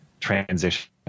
Transition